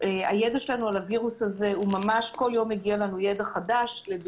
כל יום מגיע אלינו ידע חדש על הווירוס הזה.